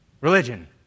Religion